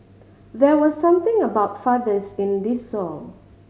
there was something about fathers in this song